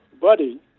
buddy